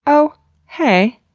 oh hey,